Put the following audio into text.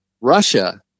Russia